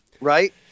Right